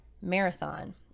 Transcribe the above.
marathon